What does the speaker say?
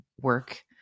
work